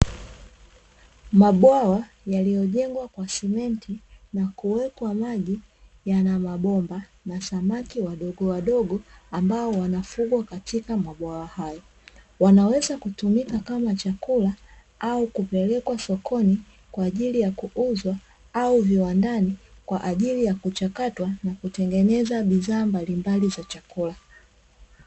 Mabwawa yaliyojengwa kwa cement na kuwekwa maji yana mabomba na samaki wadogowadogo ambao wanafugwa katika mabwawa hayo. wanaweza kutumika kama chakula au kupelekwa sokoni kwa ajili ya kuuzwa au viwandani kwa ajili ya kuchakatwa na kutengeneza bidhaa mbalimbali za chakula.